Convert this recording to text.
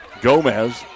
Gomez